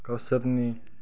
गावसोरनि